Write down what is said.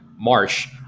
March